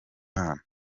imana